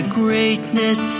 greatness